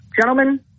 gentlemen